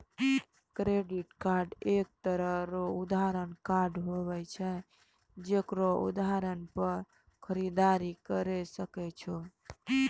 credit card एक तरह रो उधार कार्ड हुवै छै जेकरो आधार पर खरीददारी करि सकै छो